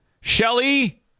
Shelly